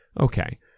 Okay